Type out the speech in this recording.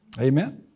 Amen